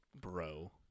bro